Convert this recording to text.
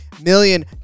million